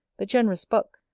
the generous buck,